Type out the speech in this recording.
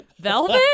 velvet